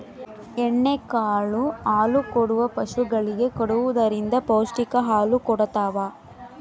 ಎಣ್ಣೆ ಕಾಳು ಹಾಲುಕೊಡುವ ಪಶುಗಳಿಗೆ ಕೊಡುವುದರಿಂದ ಪೌಷ್ಟಿಕ ಹಾಲು ಕೊಡತಾವ